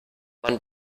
man